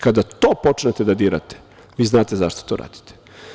Kada to počnete da dirate, vi znate zašto to radite.